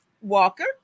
walker